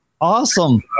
Awesome